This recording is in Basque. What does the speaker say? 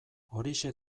horixe